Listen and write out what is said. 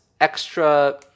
extra